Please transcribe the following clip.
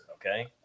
okay